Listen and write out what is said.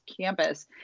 campus